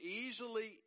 easily